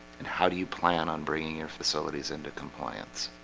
and how do you plan on bringing your facilities into compliance?